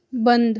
बंद